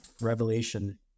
revelation